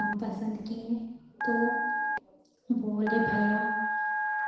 हम पसंद किए तो बोले भैया